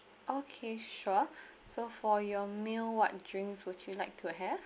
okay sure so for your meal what drinks would you like to have